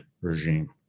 regime